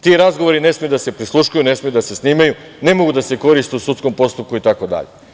Ti razgovori ne smeju da se prisluškuju, ne smeju da se snimaju, ne mogu da se koriste u sudskom postupku itd.